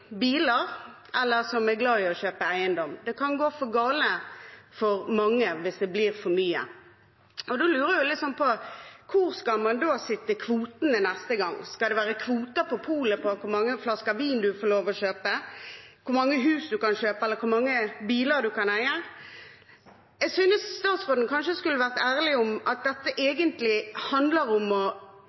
biler, eller som er glad i å kjøpe eiendom. Det kan gå galt for mange hvis det blir for mye. Da lurer jeg på hvor man skal sette kvotene neste gang. Skal det være kvoter på polet for hvor mange flasker vin man får lov å kjøpe, kvoter for hvor mange hus man kan kjøpe, og hvor mange biler man kan eie? Jeg synes statsråden kanskje skulle vært ærlig om at dette egentlig handler om å